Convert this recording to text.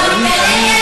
הבנתי.